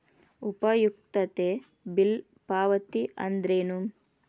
ಉಪಯುಕ್ತತೆ ಬಿಲ್ ಪಾವತಿ ಅಂದ್ರೇನು?